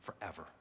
forever